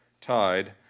tied